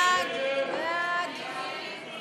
ההסתייגות